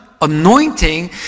anointing